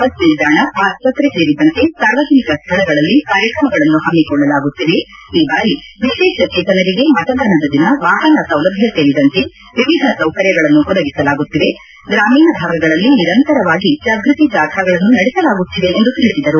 bus ನಿಲ್ದಾಣ ಆಸ್ಪತ್ತೆ ಸೇರಿದಂತೆ ಸಾರ್ವಜನಿಕ ಸ್ಥಳಗಳಲ್ಲಿ ಕಾರ್ಯಕ್ರಮಗಳನ್ನು ಹಮ್ಮಿಕೊಳ್ಳಲಾಗುತ್ತಿದೆ ಈ ಬಾರಿ ವಿಶೇಷಚೇತನರಿಗೆ ಮತದಾನದ ದಿನ ವಾಹನ ಸೌಲಭ್ಯ ಸೇರಿದಂತೆ ವಿವಿಧ ಸೌಕರ್ಯಗಳನ್ನು ಒದಗಿಸಲಾಗುತ್ತಿದೆ ಗ್ರಾಮೀಣ ಭಾಗಗಳಲ್ಲಿ ನಿರಂತರವಾಗಿ ಜಾಗೃತಿ ಜಾಥಾಗಳನ್ನು ನಡೆಸಲಾಗುತ್ತಿದೆ ಎಂದು ತಿಳಿಸಿದರು